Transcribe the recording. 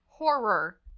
Horror